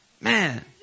Man